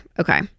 okay